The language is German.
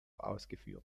ausgeführt